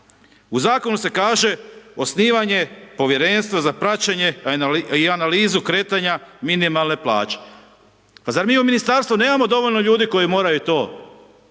U Zakonu se kaže, osnivanje Povjerenstva za praćenje i analizu kretanja minimalne plaće. Pa zar mi u Ministarstvu nemamo dovoljno ljudi koji moraju to pratiti